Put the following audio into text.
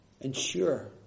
ensure